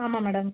ஆமாம் மேடம்